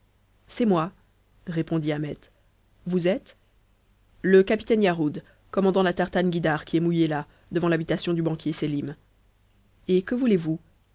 c'est moi répondit ahmet vous êtes le capitaine yarhud commandant la tartane guïdare qui est mouillée là devant l'habitation du banquier sélim et que voulez-vous